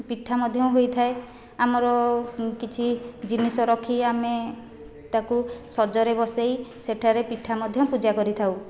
ପିଠା ମଧ୍ୟ ହୋଇଥାଏ ଆମର କିଛି ଜିନିଷ ରଖି ଆମେ ତାକୁ ସଜରେ ବସାଇ ସେଠାରେ ପିଠା ମଧ୍ୟ ପୂଜା କରିଥାଉ